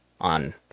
on